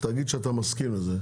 תגיד שאתה מסכים לזה.